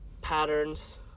patterns